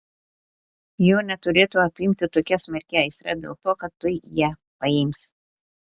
jo neturėtų apimti tokia smarki aistra dėl to kad tuoj ją paims